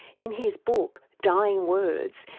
in his book dying words,